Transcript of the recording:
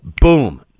boom